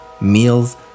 meals